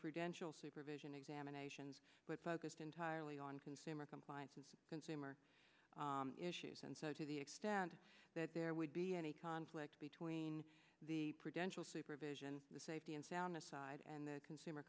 prudential supervision examinations but focused entirely on consumer compliance and consumer issues and so to the extent that there would be any conflict between the prudential supervision the safety and soundness side and the consumer